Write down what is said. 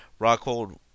Rockhold